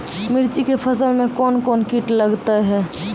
मिर्ची के फसल मे कौन कौन कीट लगते हैं?